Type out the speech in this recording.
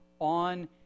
on